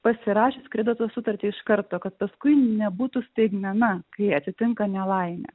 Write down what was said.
pasirašius kredito sutartį iš karto kad paskui nebūtų staigmena kai atsitinka nelaimė